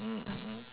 mm mm mm